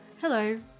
hello